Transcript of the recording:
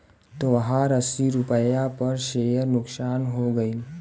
तोहार अस्सी रुपैया पर सेअर नुकसान हो गइल